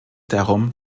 darum